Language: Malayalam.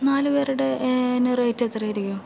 നാലുപേരുടെ അതിനു റേറ്റ് എത്രയായിരിക്കും